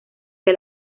que